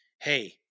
Hey